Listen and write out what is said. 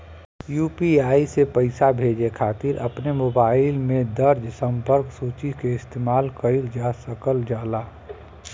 UPI से पइसा भेजे खातिर अपने मोबाइल में दर्ज़ संपर्क सूची क इस्तेमाल कइल जा सकल जाला